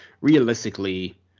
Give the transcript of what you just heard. realistically